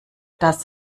das